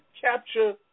capture